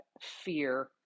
fear